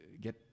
get